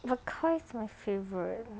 but KOI is my favourite